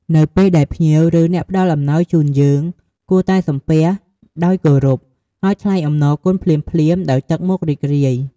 នៅពេលដែលភ្ញៀវ ឬអ្នកផ្ដល់អំណោយជូន យើងគួរតែ សំពះទទួល ដោយគោរព ហើយថ្លែងអំណរគុណភ្លាមៗដោយទឹកមុខរីករាយ។